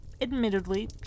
admittedly